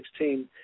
2016